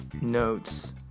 notes